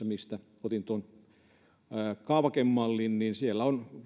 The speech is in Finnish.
mistä otin tuon kaavakemallin on